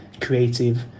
creative